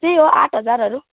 त्यही हो आठ हजारहरू